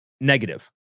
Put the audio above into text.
negative